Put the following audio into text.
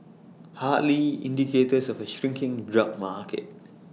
hardly indicators of A shrinking drug market